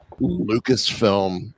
Lucasfilm